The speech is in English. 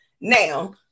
Now